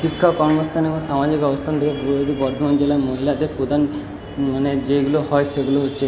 শিক্ষা কর্মস্থান এবং সামাজিক অবস্থান থেকে প্রভাবিত বর্ধমান জেলার মহিলাদের প্রধান মানে যেগুলো হয় সেগুলো হচ্ছে